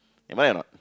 am I or not